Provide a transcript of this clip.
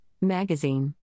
Magazine